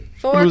Four